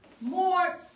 more